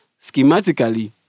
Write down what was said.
schematically